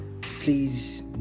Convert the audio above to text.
please